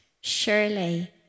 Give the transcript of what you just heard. Surely